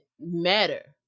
matter